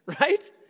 right